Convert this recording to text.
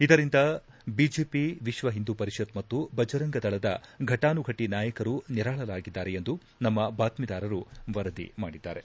ಇದರಿಂದ ಬಿಜೆಪಿ ವಿಶ್ವ ಹಿಂದೂ ಪರಿಷತ್ ಮತ್ತು ಬಜರಂಗ ದಳದ ಘಟಾನುಘಟಿ ನಾಯಕರು ನಿರಾಳರಾಗಿದ್ದಾರೆ ಎಂದು ನಮ್ಮ ಬಾತ್ಮೀದಾರರು ವರದಿ ಮಾಡಿದ್ದಾರೆ